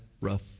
rough